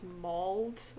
mauled